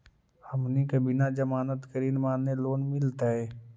हमनी के बिना जमानत के ऋण माने लोन मिलतई?